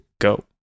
go